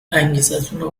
انگیزتونو